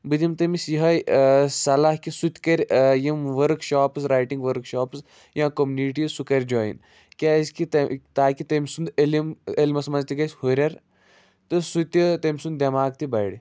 بہٕ دِم تٔمِس یِہوٚے صلح کہِ سُہ تہِ کَرِ یِم workshops writing workshops یا کۄمنِٹیٖز سُہ کَرِ جایِن کیٛازِکہِ تَہ تاکہِ تٔمۍ سُنٛد علم علِمس منٛز تہِ گَژھِ ہُرٮ۪ر تہٕ سُہ تہِ تٔمۍ سُنٛد دٮ۪ماغ تہِ بَڑِ